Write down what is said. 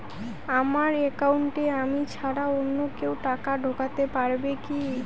আমার একাউন্টে আমি ছাড়া অন্য কেউ টাকা ঢোকাতে পারবে কি?